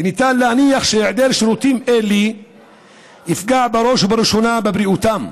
וניתן להניח שהיעדר שירותים אלה יפגע בראש ובראשונה בבריאותם.